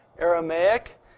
Aramaic